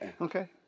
Okay